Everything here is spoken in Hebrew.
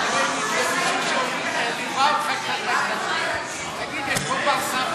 מכובדי ליווה אותך, תגיד יש פה בר-סמכא,